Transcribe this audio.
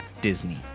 Disney